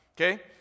okay